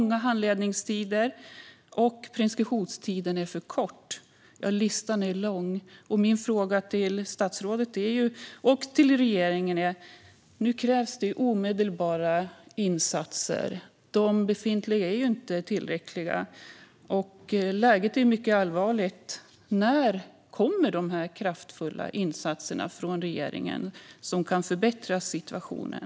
Handläggningstiderna är långa, och preskriptionstiden är för kort. Listan är lång. Nu krävs omedelbara insatser. De befintliga är inte tillräckliga, och läget är mycket allvarligt. Min fråga till statsrådet och regeringen är: När kommer regeringen med kraftfulla insatser som kan förbättra situationen?